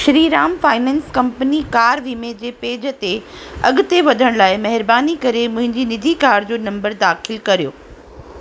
Shriram finance company car वीमे जे page ते अॻिते वधण लाइ महिरबानी करे मुंहिंजी निजी कार जो नंबर दाख़िलु करियो